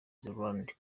zélande